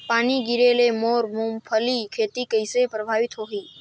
पानी गिरे ले मोर मुंगफली खेती कइसे प्रभावित होही?